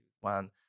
one